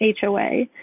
HOA